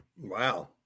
Wow